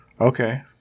Okay